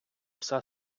пса